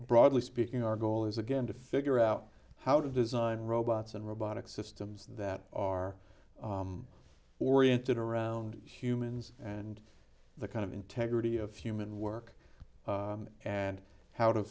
broadly speaking our goal is again to figure out how to design robots and robotic systems that are oriented around humans and the kind of integrity of human work and how to